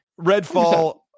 Redfall